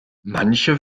manche